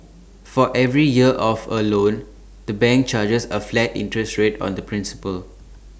for every year of A loan the bank charges A flat interest rate on the principal